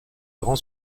grand